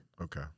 Okay